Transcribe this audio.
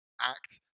act